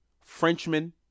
Frenchman